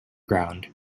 ground